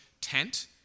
tent